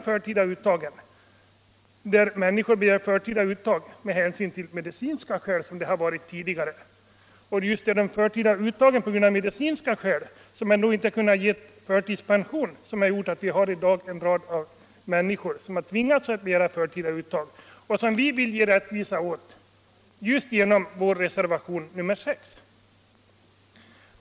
Förtidspensionering är något annat än förtida uttag. Jag hoppas att vi skall kunna minska de förtida uttagen, dvs. att människor begär förtida uttag av pension på grund av medicinska skäl. Det är just sådana medicinska skäl som inte kunnat berättiga till förtidspension som har gjort att det i dag finns en grupp människor som har tvingats att begära förtida uttag, och dem vill vi skapa rättvisa åt genom reservationen 6.